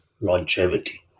longevity